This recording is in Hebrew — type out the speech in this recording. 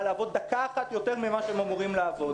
לעבוד דקה אחת יותר ממה שהם אמורים לעבוד,